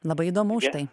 labai įdomu už tai